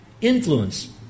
influence